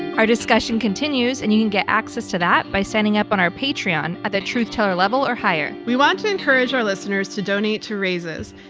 our discussion continues and you can get access to that by sending up on our patreon, at the truth teller level or higher. we want to encourage our listeners to donate to raices,